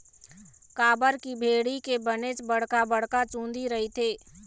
काबर की भेड़ी के बनेच बड़का बड़का चुंदी रहिथे